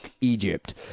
Egypt